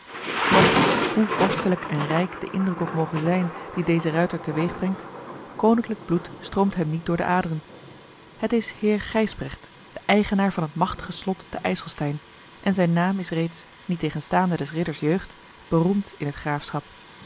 toch hoe vorstelijk en rijk de indruk ook moge zijn dien deze ruiter teweegbrengt koninklijk bloed stroomt hem niet door de aderen het is heer gijsbrecht de eigenaar van het machtige slot te ijselstein en zijn naam is reeds niettegenstaande des ridders jeugd beroemd in het graafschap